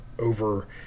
over